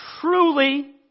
truly